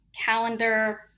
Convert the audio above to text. calendar